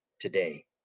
today